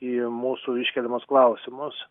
į mūsų iškeliamus klausimus